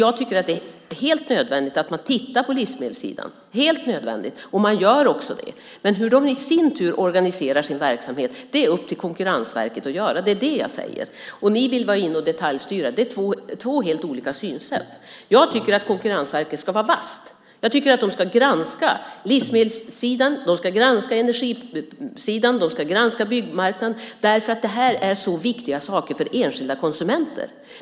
Jag tycker att det är helt nödvändigt att man tittar på livsmedelssidan, och man gör också det, men hur man sedan i sin tur organiserar verksamheten är upp till Konkurrensverket. Det är det jag säger. Ni vill gå in och detaljstyra. Det är två helt olika synsätt här. Jag tycker att Konkurrensverket ska vara vasst. Jag tycker att de ska granska livsmedelssidan, energisidan och byggmarknaden därför att detta är så viktiga saker för enskilda konsumenter.